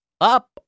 Up